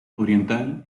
oriental